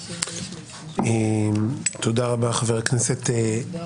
חבר הכנסת מלול, בא לי לחבק אותך למרות שאי-אפשר.